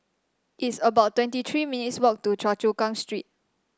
it's about twenty three minutes' walk to Choa Chu Kang Street